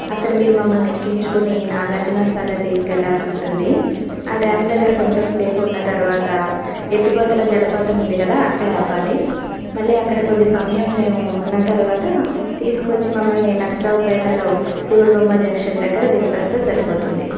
అక్కడ మీరు మమ్మల్ని ఎక్కించుకుని నాగార్జునసాగర్ తీసుకెళ్లాల్సి ఉంటుంది ఆ డ్యామ్ దగ్గర కొంచెం సేపు ఉన్న తర్వాత ఎత్తిపోతల జలపాతం ఉంది కదా అక్కడ ఆపాలి మళ్ళీ అక్కడ కొద్ది సమయం మేము ఉన్న తర్వాత తీసుకువచ్చి మమ్మల్ని నరసరావుపేటలో శివుడు బొమ్మ జంక్షన్ దగ్గర దింపేస్తే సరిపోతుంది